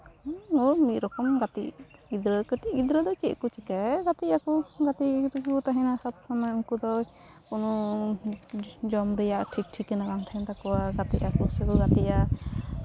ᱳ ᱢᱤᱫ ᱨᱚᱠᱚᱢ ᱜᱟᱛᱮᱜ ᱜᱤᱫᱽᱨᱟᱹ ᱠᱟᱹᱴᱤᱡ ᱜᱤᱫᱽᱨᱟᱹ ᱫᱚ ᱪᱮᱫ ᱠᱚ ᱪᱤᱠᱟᱹᱭᱟ ᱜᱟᱛᱮᱜ ᱟᱠᱚ ᱜᱟᱛᱮᱜ ᱨᱮᱜᱮ ᱠᱚ ᱛᱟᱦᱮᱱᱟ ᱥᱚᱵᱼᱥᱚᱢᱚᱭ ᱩᱱᱠᱩ ᱫᱚ ᱠᱳᱱᱳ ᱡᱚᱢ ᱨᱮᱭᱟᱜ ᱴᱷᱤᱠ ᱴᱷᱤᱠᱟᱱᱟ ᱵᱟᱝ ᱛᱟᱦᱮᱱ ᱛᱟᱠᱚᱣᱟ ᱜᱟᱛᱮᱜ ᱟᱠᱚ ᱥᱮᱠᱚ ᱜᱟᱛᱮᱜᱼᱟ